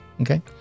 okay